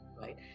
right